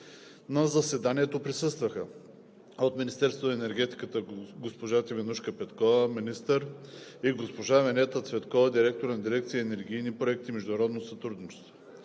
На заседанието присъстваха: от Министерството на енергетиката госпожа Теменужка Петкова – министър, госпожа Венета Цветкова – директор на дирекция „Енергийни проекти и международно сътрудничество“.